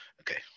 Okay